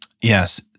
Yes